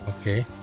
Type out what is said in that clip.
Okay